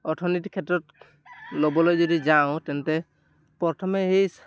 অৰ্থনীতিৰ ক্ষেত্ৰত ল'বলৈ যদি যাওঁ তেন্তে প্ৰথমে সেই